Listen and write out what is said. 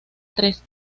tres